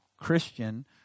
Christian